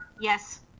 yes